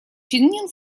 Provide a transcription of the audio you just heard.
чинил